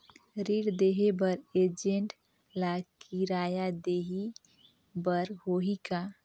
ऋण देहे बर एजेंट ला किराया देही बर होही का?